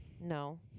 No